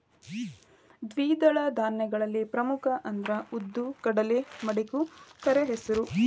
ದ್ವಿದಳ ಧಾನ್ಯಗಳಲ್ಲಿ ಪ್ರಮುಖ ಅಂದ್ರ ಉದ್ದು, ಕಡಲೆ, ಮಡಿಕೆ, ಕರೆಹೆಸರು